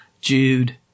Jude